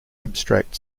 abstract